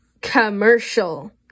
commercial